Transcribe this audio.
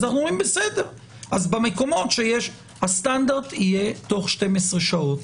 אנחנו אומרים: הסטנדרט יהיה תוך 12 שעות.